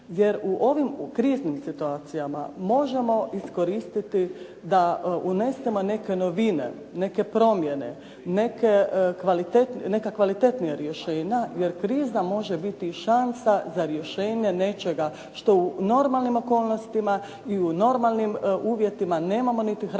jer u ovim kriznim situacijama možemo iskoristiti da unesemo neke novine, neke promjene, neka kvalitetnija rješenja, jer kriza može biti i šansa za rješenje nečega što u normalnim okolnostima i u normalnim uvjetima nemamo niti hrabrosti,